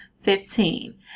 fifteen